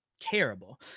terrible